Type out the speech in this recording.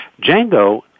Django